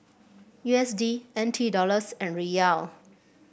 U S D N T Dollars and Riyal